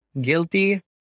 guilty